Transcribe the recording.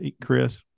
Chris